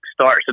starts